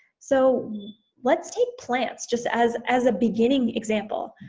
so let's take plants, just as as a beginning example.